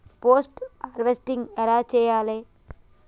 Post harvesting ఎలా చెయ్యాలే?